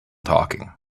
talking